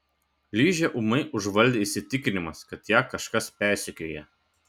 ližę ūmai užvaldė įsitikinimas kad ją kažkas persekioja